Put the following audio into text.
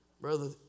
Brother